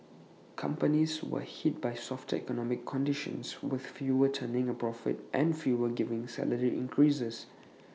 companies were hit by softer economic conditions with fewer turning A profit and fewer giving salary increases